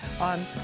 on